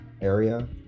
area